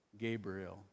Gabriel